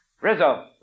Rizzo